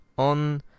on